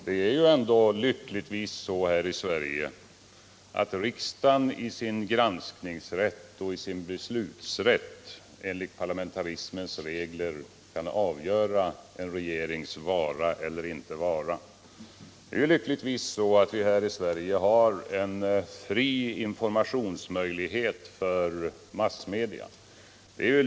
Det är lyckligtvis så i Sverige att riksdagen i sin granskningsrätt och i sin beslutsrätt enligt parlamentarismens regler kan avgöra en regerings vara eller inte vara. Lyckligtvis har vi här i Sverige en fri informationsmöjlighet för massmedia.